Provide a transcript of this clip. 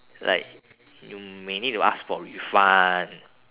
like you may need to ask for refund